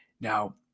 Now